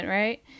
right